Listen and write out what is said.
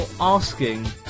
asking